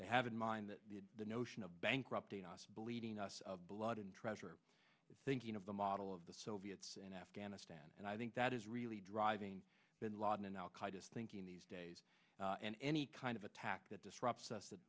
they have in mind that the notion of bankrupting us believing us of blood and treasure thinking of the model of the soviets in afghanistan and i think that is really driving bin laden and al qaida thinking these days and any kind of attack that disrupts us